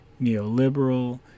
neoliberal